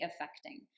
affecting